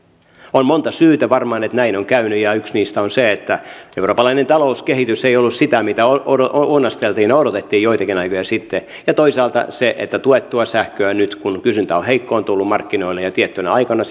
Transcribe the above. on varmaan monta syytä siihen että näin on käynyt ja yksi niistä on se että eurooppalainen talouskehitys ei ollut sitä mitä ounasteltiin ja odotettiin joitakin aikoja sitten ja toisaalta se että tuettua sähköä nyt kun kysyntä on heikkoa on tullut markkinoille ja tiettyinä aikoina